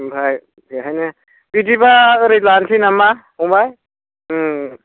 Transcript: ओमफ्राय बेहायनो बिदिबा ओरै लानोसै नामा फंबाय